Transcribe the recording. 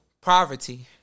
poverty